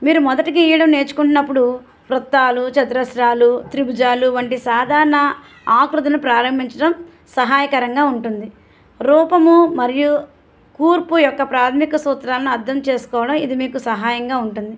మీరు మొదట గీయడం నేర్చుకుంటున్నపుడు వృత్తాలు చతురస్త్రాలు త్రిభుజాలు వంటి సాధారణ ఆకృతిని ప్రారంభించడం సహాయకరంగా ఉంటుంది రూపము మరియు కూర్పు యొక్క ప్రాథమిక సూత్రాలను అర్థం చేసుకోవడం ఇది మీకు సహాయంగా ఉంటుంది